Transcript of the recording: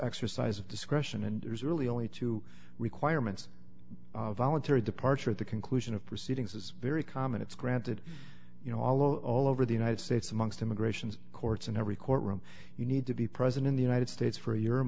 exercise of discretion and there's really only two requirements voluntary departure at the conclusion of proceedings is very common it's granted you know all all over the united states amongst immigrations courts and every court room you need to be present in the united states for a year